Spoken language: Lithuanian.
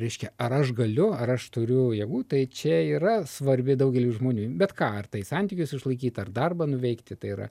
reiškia ar aš galiu ar aš turiu jėgų tai čia yra svarbi daugeliui žmonių bet ką ar tai santykius išlaikyt ar darbą nuveikti tai yra